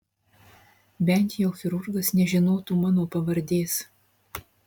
bent jau chirurgas nežinotų mano pavardės